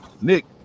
Nick